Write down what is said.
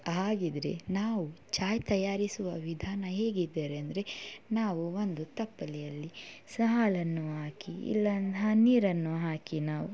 ಹಾಗಿದ್ರೆ ನಾವು ಚಾಯ್ ತಯಾರಿಸುವ ವಿಧಾನ ಹೇಗೆ ಇದ್ದರೆ ಅಂದರೆ ನಾವು ಒಂದು ತಪ್ಪಲೆಯಲ್ಲಿ ಸ ಹಾಲನ್ನು ಹಾಕಿ ಇಲ್ಲ ಹ ನೀರನ್ನು ಹಾಕಿ ನಾವು